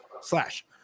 slash